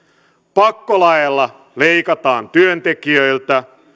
pakkolaeilla leikataan työntekijöiltä